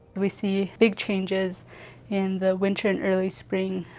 we see big changes in the winter and early spring,